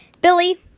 Billy